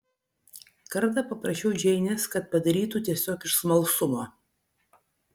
kartą paprašiau džeinės kad padarytų tiesiog iš smalsumo